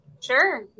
Sure